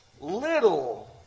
little